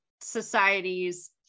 societies